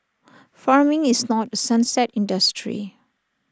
farming is not A sunset industry